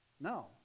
No